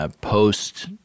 post—